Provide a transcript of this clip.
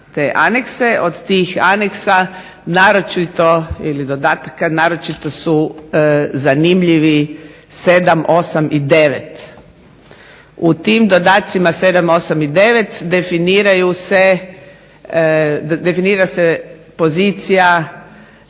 te anekse. Od tih aneksa naročito ili dodataka, naročito su zanimljivi 7, 8 i 9. U tim dodacima 7, 8 i 9 definira se pozicija